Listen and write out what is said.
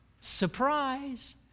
Surprise